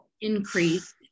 increase